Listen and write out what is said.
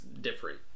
different